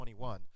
21